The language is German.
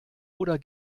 oder